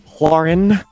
Lauren